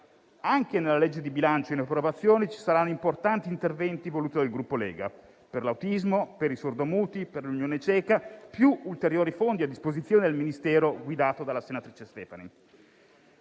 Anche nella legge di bilancio in esame ci saranno importanti interventi voluti dal Gruppo Lega per l'autismo, per i sordomuti, per l'Unione italiana dei cechi, nonché ulteriori fondi a disposizione del Ministero guidato dalla senatrice Stefani.